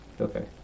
okay